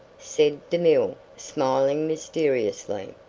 said demille, smiling mysteriously.